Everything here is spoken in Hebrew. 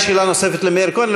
אין שאלה נוספת למאיר כהן,